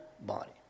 body